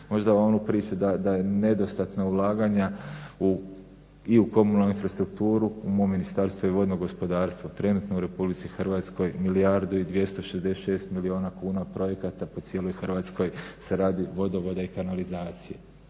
Možda u onu priču da nedostatno ulaganja i u komunalnu infrastrukturu, u mom ministarstvu je i vodno gospodarstvo trenutno u Republici Hrvatskoj 1 266 milijuna kuna od projekata po cijeloj Hrvatskoj, se radi vodovode i kanalizacije.